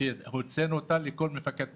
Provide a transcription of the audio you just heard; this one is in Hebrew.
והוצאנו אותה לכל מפקד תחנה.